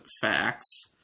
Facts